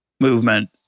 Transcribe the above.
movement